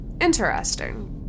Interesting